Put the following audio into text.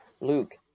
Luke